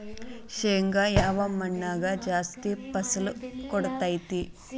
ಶೇಂಗಾ ಯಾವ ಮಣ್ಣಾಗ ಜಾಸ್ತಿ ಫಸಲು ಕೊಡುತೈತಿ?